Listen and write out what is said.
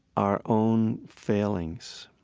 our own failings,